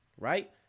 right